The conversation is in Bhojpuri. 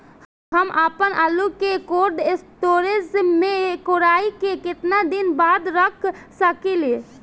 हम आपनआलू के कोल्ड स्टोरेज में कोराई के केतना दिन बाद रख साकिले?